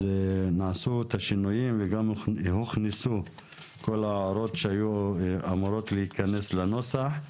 אז נעשו השינויים וגם הוכנסו כל ההערות שהיו אמורות להיכנס לנוסח.